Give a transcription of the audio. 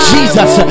Jesus